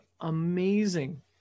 amazing